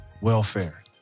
welfare